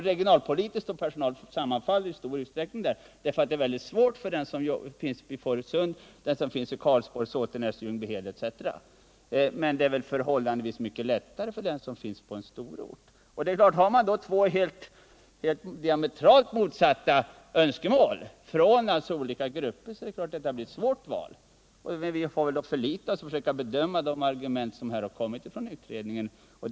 De regionalpolitiska synpunkterna sammanfaller i stor utsträckning med de personalpolitiska, därför att en nedläggning är förhållandevis svår för dem som finns i Fårösund, Karlsborg, Såtenäs, Ljungbyhed etc. ; och förhållandevis lättare för dem som finns på en stor ort. Har man två diametralt motsatta önskemål från olika grupper är det klart att valet blir svårt. Vi får bedöma de argument utredningen framlagt.